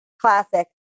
Classic